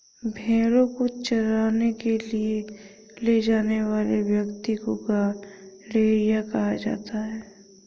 भेंड़ों को चराने के लिए ले जाने वाले व्यक्ति को गड़ेरिया कहा जाता है